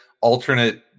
alternate